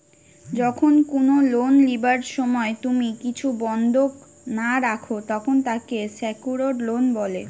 যখন কুনো লোন লিবার সময় তুমি কিছু বন্ধক না রাখো, তখন তাকে সেক্যুরড লোন বলে